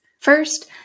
First